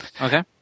Okay